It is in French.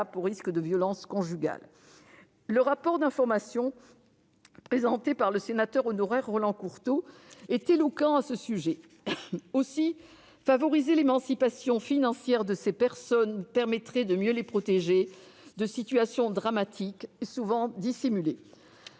au risque de violences conjugales. Le rapport d'information qui a été présenté en octobre 2019 par notre ancien collègue Roland Courteau est éloquent à ce sujet. Aussi, favoriser l'émancipation financière de ces personnes permettrait de mieux les protéger de situations dramatiques et souvent dissimulées.